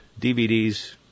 DVDs